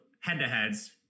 head-to-heads